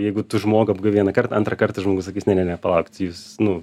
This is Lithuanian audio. jeigu tu žmogų apgavai vieną kartą antrą kartą žmogus sakys ne ne ne palaukit jūs nu